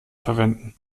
verwenden